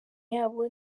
yabo